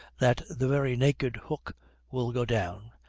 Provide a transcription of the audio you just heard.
that the very naked hook will go down,